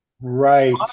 right